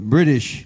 British